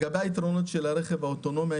היתרונות של הרכב האוטונומי הם